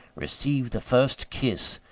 received the first kiss,